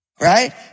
right